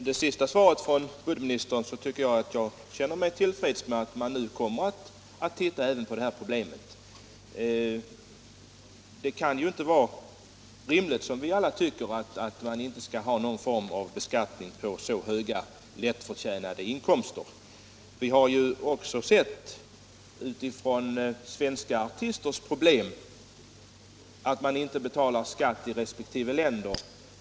Herr talman! Jag känner mig till freds med det sista beskedet från budgetministern att utredningen kommer att ta upp även det här problemet. Det kan inte vara rimligt — det tycker vi väl alla — att inte ha någon form av beskattning på så höga och lättförtjänta inkomster. Vi vet också att svenska artister har problem därför att man inte betalar skatt i resp. länder.